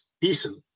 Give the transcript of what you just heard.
decent